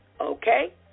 Okay